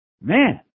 Man